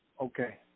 Okay